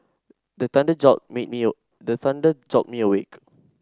the thunder jolt me the thunder jolt me awake